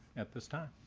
at this time.